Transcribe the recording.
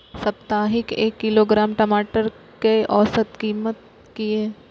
साप्ताहिक एक किलोग्राम टमाटर कै औसत कीमत किए?